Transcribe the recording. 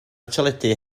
teledu